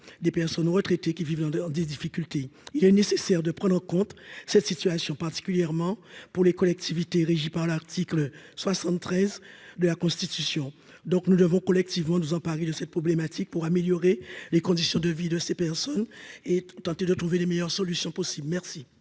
des personnes retraitées, qui vivent dans des, dans des difficultés il y a une nécessaire de prendre en compte cette situation particulièrement pour les collectivités régies par l'article 73 de la Constitution, donc nous devons collectivement nous en parler de cette problématique pour améliorer les conditions de vie de ces personnes et tenter de trouver les meilleures solutions possibles merci.